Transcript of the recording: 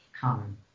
common